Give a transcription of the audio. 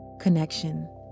connection